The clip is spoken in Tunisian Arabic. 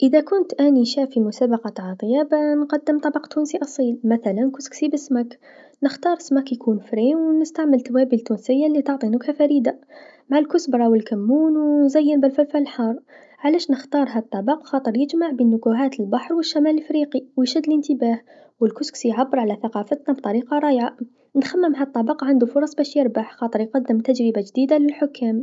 إذا كنت أني شاف في مسابقه تع طيابه نقدم طبق تونسي أصيل مثلا كسكسي بالسمك، نختار سمك يكون طازج و نستعمل توابل تونسيه لتعطي نكها فريده مع الكسبرا و الكمون و زي الفلفل الحار، علاش نختار هذا الطبق خاطر يجمع بين نكوهات البحر و الشمال الإفريقي و يشد الإنتباه و الكسكسي يعبر على ثقافتنا بطريقه رايعه، نخمم هذا الطبق عندو فرصه باش يربح خاطر يقدم تجربه جديدا للحكام.